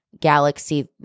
galaxy